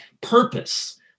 purpose